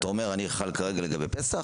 אתה אומר: אני חל כרגע לגבי פסח,